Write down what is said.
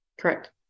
Correct